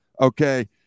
Okay